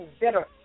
bitter